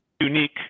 unique